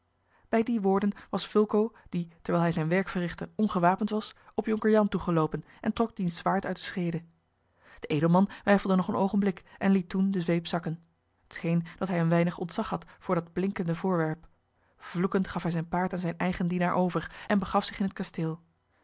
bij die woorden was fulco de terwijl hij zijn werk verrichtte ongewapend was op jonker jan toegeloopen en trok diens zwaard uit de scheede de edelman weifelde nog een oogenblik en liet toen de zweep zakken t scheen dat hij een weinig ontzag had voor dat blinkende voorwerp vloekend gaf hij zijn paard aan zijn eigen dienaar over en begaf zich in het kasteel